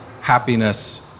happiness